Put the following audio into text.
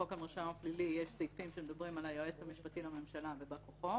בחוק המרשם הפלילי יש סעיפים שמדברים על היועץ המשפטי לממשלה ובא כוחו,